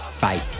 bye